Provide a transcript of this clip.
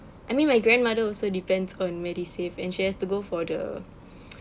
I mean my grandmother also depends on MediSave and she has to go for the